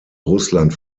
russland